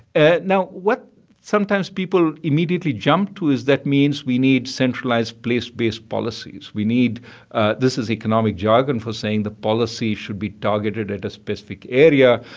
now, what sometimes people immediately jump to is that means we need centralized, place-based policies. we need this is economic jargon for saying the policy should be targeted at a specific area.